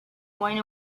going